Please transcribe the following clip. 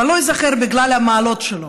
אבל לא ייזכר בגלל המעלות שלו,